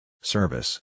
Service